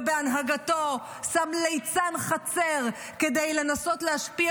ובהנהגתו שם ליצן חצר כדי לנסות להשפיע